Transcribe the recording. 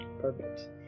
perfect